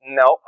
no